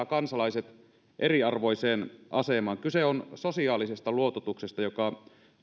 kansalaiset eriarvoiseen asemaan kyse on sosiaalisesta luototuksesta joka